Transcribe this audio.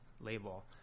label